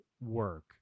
work